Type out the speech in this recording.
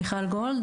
מיכל גולד,